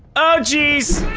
oh, jeez.